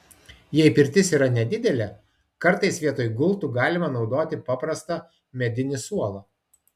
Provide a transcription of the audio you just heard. jei pirtis yra nedidelė kartais vietoj gultų galima naudoti paprastą medinį suolą